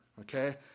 okay